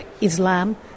Islam